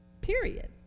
Period